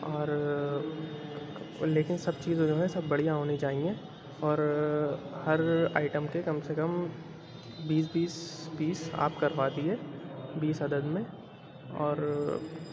اور لیکن سب چیزیں جو ہے سب بڑھیا ہونی چاہئیں اور ہر آئٹم کے کم سے کم بیس بیس پیس آپ کروا دیئے بیس عدد میں اور